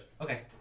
Okay